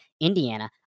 Indiana